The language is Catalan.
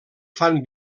fan